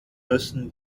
müssen